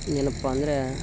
ಏನಪ್ಪಾಂದರೆ